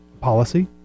policy